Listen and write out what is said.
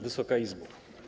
Wysoka Izbo!